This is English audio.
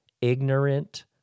ignorant